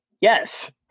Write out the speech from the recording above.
yes